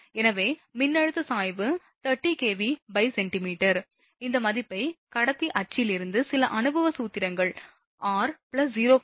எனவே மின்னழுத்த சாய்வு 30 kVcm இந்த மதிப்பை கடத்தி அச்சில் இருந்து சில அனுபவ சூத்திரத்தின் r 0